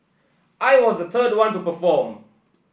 I was the third one to perform